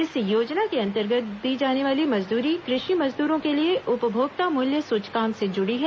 इस योजना के अंतर्गत दी जाने वाली मजदूरी कृषि मजदूरों के लिए उपभोक्ता मूल्य सूचकांक से जुड़ी है